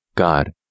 God